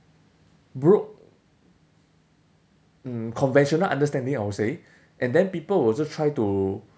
bro~ um conventional understanding I would say and then people will just try to